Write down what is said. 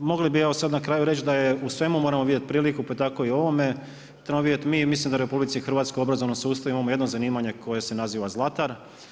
Mogli bi sad na kraju reći da u svemu moramo vidjeti priliku pa tako i u ovome, trebamo vidjeti mi, mislim da u RH u obrazovnom sustavu imamo jedno zanimanje koje se naziva zlatar.